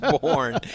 born